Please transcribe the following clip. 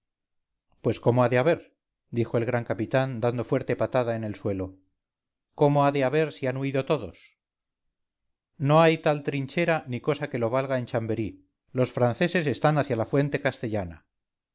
pues cómo ha de haber dijo el gran capitán dando fuerte patada en el suelo cómo ha de haber si han huido todos no hay tal trinchera ni cosa que lo valga en chamberí los franceses están hacia la fuente castellana